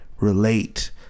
relate